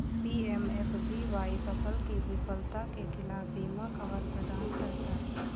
PMFBY फसल की विफलता के खिलाफ बीमा कवर प्रदान करता है